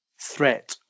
threat